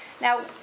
Now